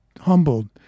humbled